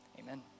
amen